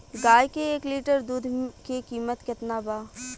गाय के एक लीटर दुध के कीमत केतना बा?